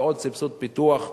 ועוד סבסוד פיתוח בנוסף,